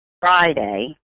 Friday